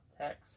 text